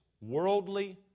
worldly